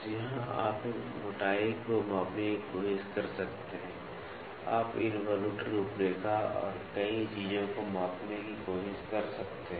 तो यहां आप मोटाई को मापने की कोशिश कर सकते हैं आप इन्वलूट रूपरेखा और कई चीजों को मापने की कोशिश कर सकते हैं